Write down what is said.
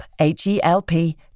H-E-L-P